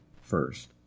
first